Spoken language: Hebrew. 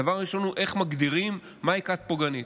הדבר הראשון הוא איך מגדירים כת פוגענית.